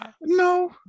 No